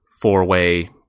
four-way